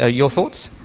ah your thoughts?